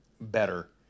better